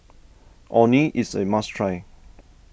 Orh Nee is a must try